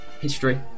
History